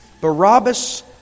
Barabbas